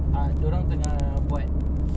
ah so he win votes like that